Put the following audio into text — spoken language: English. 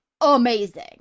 amazing